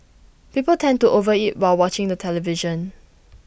people tend to over eat while watching the television